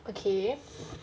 okay